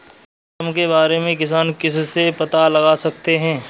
मौसम के बारे में किसान किससे पता लगा सकते हैं?